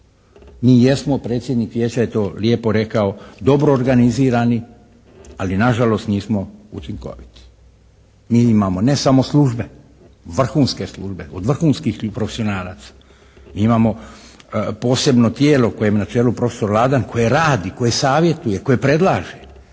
Mi jesmo, predsjednik Vijeća je to lijepo rekao, dobro organizirani ali nažalost nismo učinkoviti. Mi imamo ne samo službe, vrhunske službe, od vrhunskih profesionalaca. Imamo posebno tijelo kojem je na čelu profesor Ladan koje radi, koje savjetuje, koje predlaže.